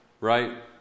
right